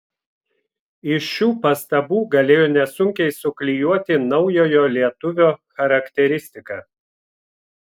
iš šių pastabų galėjo nesunkiai suklijuoti naujojo lietuvio charakteristiką